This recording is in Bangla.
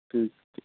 ঠিক ঠিক আছে